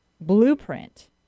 blueprint